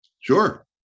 Sure